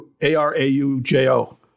A-R-A-U-J-O